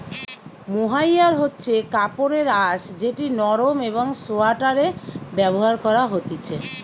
mohair হচ্ছে কাপড়ের আঁশ যেটি নরম একং সোয়াটারে ব্যবহার করা হতিছে